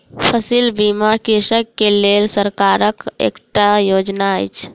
फसिल बीमा कृषक के लेल सरकारक एकटा योजना अछि